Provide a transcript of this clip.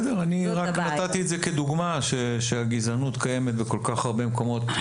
אני רק נתתי את זה כדוגמה שהגזענות קיימת בכל כך הרבה מקומות.